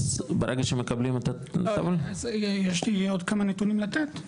אז ברגע שמקבלים את --- יש לי עוד כמה נתונים לתת.